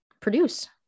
produce